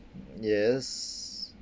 yes